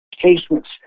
casements